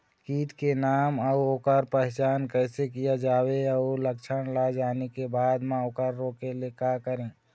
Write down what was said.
कीट के नाम अउ ओकर पहचान कैसे किया जावे अउ लक्षण ला जाने के बाद मा ओकर रोके ले का करें?